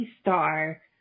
star